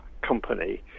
company